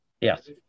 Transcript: yes